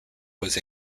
was